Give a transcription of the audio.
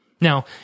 Now